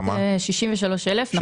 63 אלף.